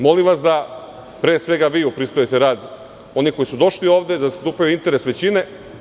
Molim vas da pre svega vi upristojite rad onih koji su došli ovde da zastupaju interes većine.